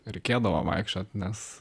reikėdavo vaikščiot nes